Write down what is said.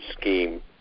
scheme